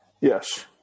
Yes